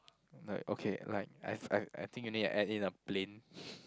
like okay like I f~ I I think you need to add in a plane